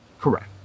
Correct